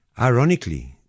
Ironically